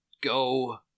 Go